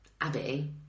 Abby